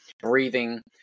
breathing